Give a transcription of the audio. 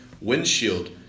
Windshield